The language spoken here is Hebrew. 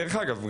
דרך אגב,